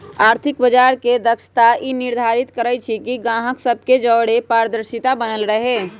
आर्थिक बजार के दक्षता ई निर्धारित करइ छइ कि गाहक सभ के जओरे पारदर्शिता बनल रहे